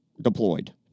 deployed